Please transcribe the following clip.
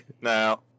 Now